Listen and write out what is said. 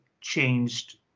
changed